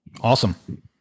Awesome